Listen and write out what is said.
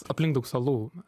aplink daug salų